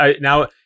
Now